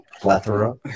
plethora